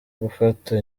gufata